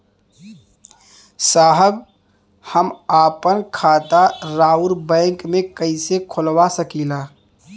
साहब हम आपन खाता राउर बैंक में कैसे खोलवा सकीला?